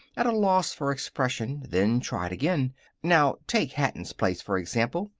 at a loss for expression. then tried again now, take hatton's place, for example.